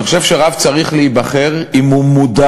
אני חושב שרב צריך להיבחר אם הוא מודע